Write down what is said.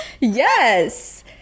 Yes